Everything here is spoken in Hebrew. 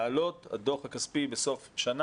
צריך להעלות את הדוח הכספי בסוף השנה.